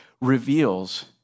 reveals